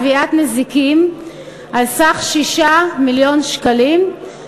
תביעת נזיקים על סך 6 מיליון שקלים,